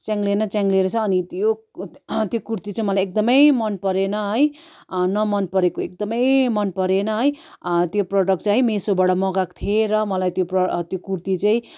च्याङ्ले न च्याङ्ले रहेछ अनि त्यो कुर्ती चाहिँ मलाई एकदमै मन परेन है न मन परेको एकदमै मन परेन है त्यो प्रडक्ट चाहिँ है मिसोबाट मगाएको थिएँ र मलाई त्यो प्र त्यो कुर्ती चाहिँ